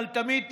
אבל תמיד,